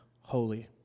holy